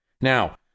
Now